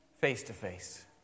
face-to-face